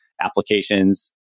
applications